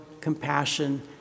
compassion